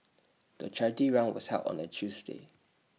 the charity run was held on A Tuesday